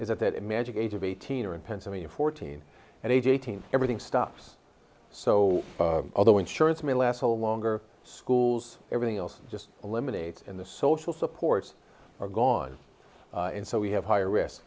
that magic age of eighteen or in pennsylvania fourteen and age eighteen everything stops so although insurance may last hold longer schools everything else just eliminates in the social supports are gone and so we have higher risk